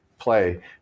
play